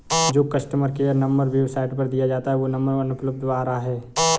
जो customer care number website पर दिया है वो नंबर अनुपलब्ध आ रहा है